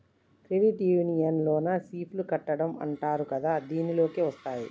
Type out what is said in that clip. credit union లోన SIP లు కట్టడం అంటరు కదా దీనిలోకే వస్తాయ్